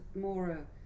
more